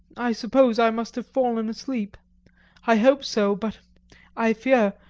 i suppose i must have fallen asleep i hope so, but i fear,